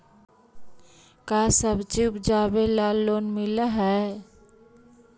का सब्जी उपजाबेला लोन मिलै हई?